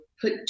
put